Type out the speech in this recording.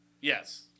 Yes